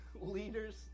leaders